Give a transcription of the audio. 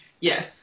Yes